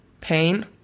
pain